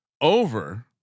Over